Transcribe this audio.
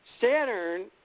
Saturn